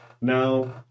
Now